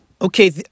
Okay